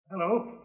Hello